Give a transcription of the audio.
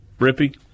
Rippy